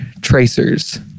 tracers